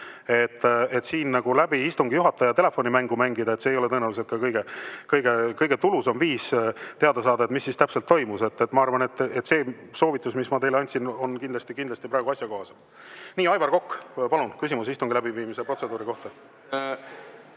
nagu läbi istungi juhataja telefonimängu mängida, see ei ole tõenäoliselt kõige tulusam viis teada saada, mis siis täpselt toimus. Ma arvan, et see soovitus, mis ma teile andsin, on kindlasti praegu asjakohasem. Aivar Kokk, palun, küsimus istungi läbiviimise protseduuri kohta!